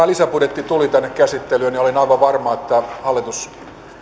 lisäbudjetti tuli tänne käsittelyyn olin aivan varma että hallitus